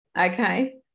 Okay